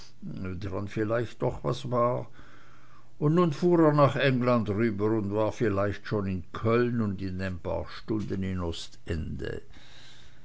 was war und nun fuhr er nach england rüber und war vielleicht schon in köln und in ein paar stunden in ostende